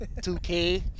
2K